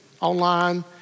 online